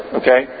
okay